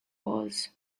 was